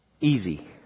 easy